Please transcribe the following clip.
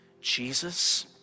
Jesus